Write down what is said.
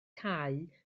cau